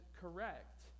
correct